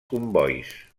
combois